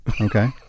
Okay